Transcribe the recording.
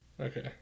Okay